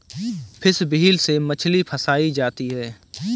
fish wheel से मछली फँसायी जाती है